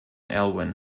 alwin